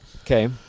Okay